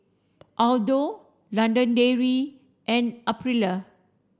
Aldo London Dairy and Aprilia